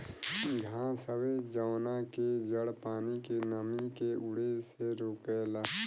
घास हवे जवना के जड़ पानी के नमी के उड़े से रोकेला